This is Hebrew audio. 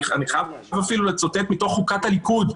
אני חייב אפילו לצטט מתוך חוקת הליכוד,